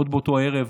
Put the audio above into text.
עוד באותו ערב,